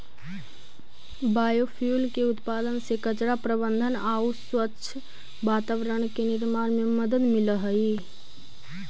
biofuel के उत्पादन से कचरा प्रबन्धन आउ स्वच्छ वातावरण के निर्माण में मदद मिलऽ हई